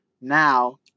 Now